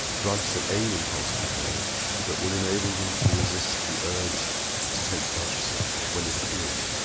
drugs that aid impulse control that will enable them to resist the urge to take drugs when it appears.